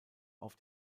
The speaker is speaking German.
auf